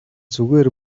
зүгээр